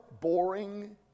boring